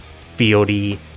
Fieldy